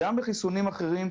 אלא גם בחיסונים אחרים,